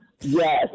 Yes